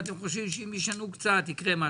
אתם חושבים שאם ישנו קצת יקרה משהו.